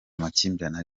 amakimbirane